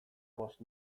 bost